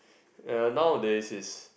uh nowadays it's